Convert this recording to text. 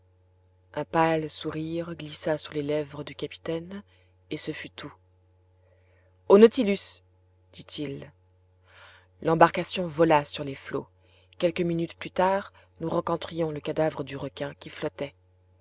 un pâle sourire glissa sur les lèvres du capitaine et ce fut tout au nautilus dit-il l'embarcation vola sur les flots quelques minutes plus tard nous rencontrions le cadavre du requin qui flottait